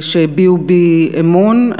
שהביעו בי אמון.